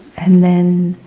and then,